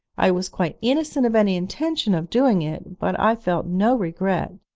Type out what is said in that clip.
i was quite innocent of any intention of doing it, but i felt no regret.